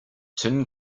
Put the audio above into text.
tin